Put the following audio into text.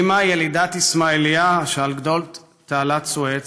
אימא, ילידת אסמאעיליה שעל גדות תעלת סואץ,